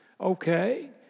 Okay